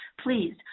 please